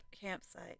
campsite